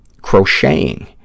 crocheting